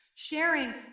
Sharing